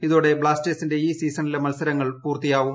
ഇതോടെ ബ്ലാസ്റ്റേഴ്സിന്റെ ഇന്റ് സ്കീസണിലെ മത്സരങ്ങൾ പൂർത്തിയാവും